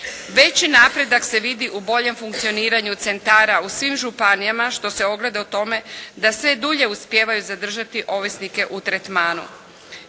Veći napredak se vidi u boljem funkcioniranju centara u svim županijama što se ogleda u tome da sve dulje uspijevaju zadržati ovisnike u tretmanu.